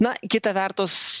na kita vertus